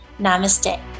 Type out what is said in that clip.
namaste